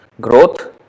growth